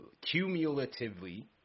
cumulatively